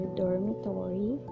dormitory